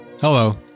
Hello